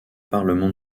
parlement